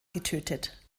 getötet